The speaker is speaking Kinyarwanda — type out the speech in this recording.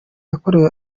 yakorewe